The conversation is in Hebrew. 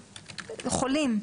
חולים.